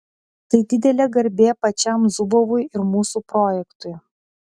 tai didelė garbė pačiam zubovui ir mūsų projektui